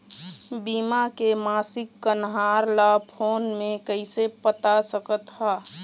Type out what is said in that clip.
बीमा के मासिक कन्हार ला फ़ोन मे कइसे पता सकत ह?